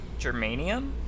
Germanium